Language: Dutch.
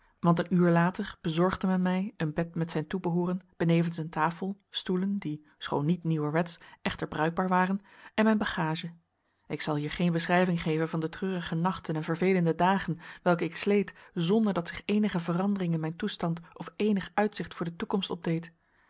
want een uur later bezorgde men mij een bed met zijn toebehooren benevens een tafel stoelen die schoon niet nieuwerwetsch echter bruikbaar waren en mijn bagage ik zal hier geen beschrijving geven van de treurige nachten en vervelende dagen welke ik sleet zonder dat zich eenige verandering in mijn toestand of eenig uitzicht voor de toekomst opdeed